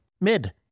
mid